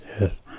yes